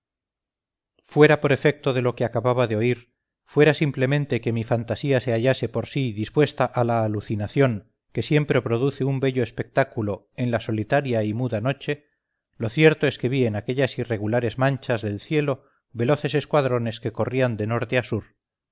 fuera por efecto de lo que acababa de oír fuera simplemente que mi fantasía se hallase por sí dispuesta a la alucinación que siempre produce un bello espectáculo en la solitaria y muda noche lo cierto es que vi en aquellas irregulares manchas del cielo veloces escuadrones que corrían de norte a sur